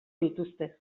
dituzte